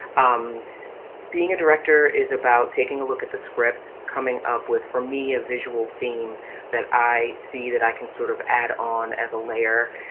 um being a director is about taking a look at the script. coming up with for me a visual theme that i see that i can sort of add on as a layer.